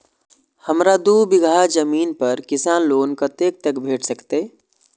हमरा दूय बीगहा जमीन पर किसान लोन कतेक तक भेट सकतै?